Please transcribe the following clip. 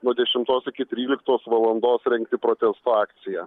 nuo dešimtos iki tryliktos valandos rengti protesto akciją